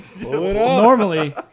Normally